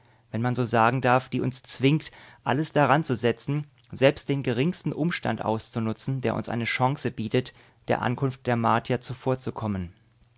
wenn man so sagen darf die uns zwingt alles daranzusetzen selbst den geringsten umstand auszunutzen der uns eine chance bietet der ankunft der martier zuvorzukommen